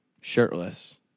Shirtless